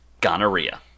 gonorrhea